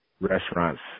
restaurants